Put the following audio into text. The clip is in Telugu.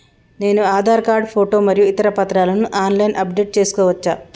నేను ఆధార్ కార్డు ఫోటో మరియు ఇతర పత్రాలను ఆన్ లైన్ అప్ డెట్ చేసుకోవచ్చా?